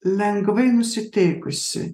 lengvai nusiteikusį